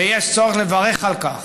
ויש צורך לברך על כך,